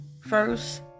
First